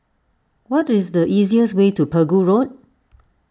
what is the easiest way to Pegu Road